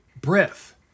breath